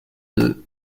deux